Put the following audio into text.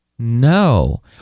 No